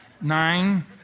nine